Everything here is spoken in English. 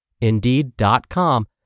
Indeed.com